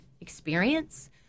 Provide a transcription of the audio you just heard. experience